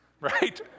right